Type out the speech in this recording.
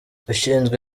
ushinzwe